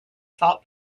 salt